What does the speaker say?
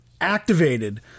activated